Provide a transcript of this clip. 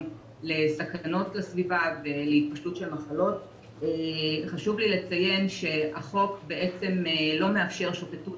לסכנות לסביבה ולהתפשטות של מחלות וחשוב לי לציין שהחוק לא מאפשר שוטטות